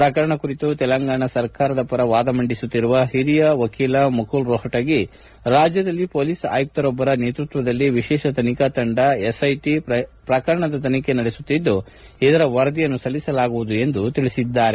ಪ್ರಕರಣ ಕುರಿತು ತೆಲಂಗಾಣ ಸರ್ಕಾರದ ಪರ ವಾದ ಮಂಡಿಸುತ್ತಿರುವ ಓರಿಯ ವಕೀಲ ಮುಕುಲ್ ರೋಫ್ಲಿಗೆ ರಾಜ್ಯದಲ್ಲಿ ಮೊಲೀಸ್ ಆಯುತ್ತರೊಬ್ಲರ ನೇತೃತ್ವದಲ್ಲಿ ವಿಶೇಷ ತನಿಖಾ ತಂಡ ಎಸ್ಐಟಿ ಪ್ರಕರಣದ ತನಿಖೆ ನಡೆಸುತ್ತಿದ್ದು ಇದರ ವರದಿಯನ್ನು ಸಲ್ಲಿಸಲಾಗುವುದು ಎಂದು ತಿಳಿಸಿದರು